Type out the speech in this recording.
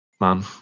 man